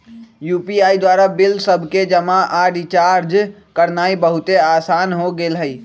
UPI द्वारा bill सभके जमा आऽ रिचार्ज करनाइ बहुते असान हो गेल हइ